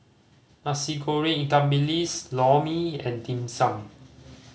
Nasi Goreng ikan bilis Lor Mee and Dim Sum